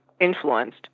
influenced